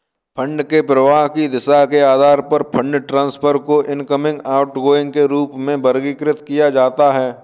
fund के प्रवाह की दिशा के आधार पर फंड ट्रांसफर को इनकमिंग, आउटगोइंग के रूप में वर्गीकृत किया जाता है